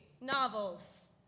novels